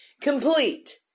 complete